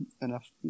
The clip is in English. enough